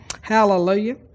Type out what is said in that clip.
Hallelujah